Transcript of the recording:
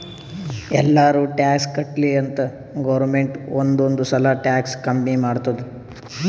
ಎಲ್ಲಾರೂ ಟ್ಯಾಕ್ಸ್ ಕಟ್ಲಿ ಅಂತ್ ಗೌರ್ಮೆಂಟ್ ಒಂದ್ ಒಂದ್ ಸಲಾ ಟ್ಯಾಕ್ಸ್ ಕಮ್ಮಿ ಮಾಡ್ತುದ್